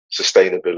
sustainability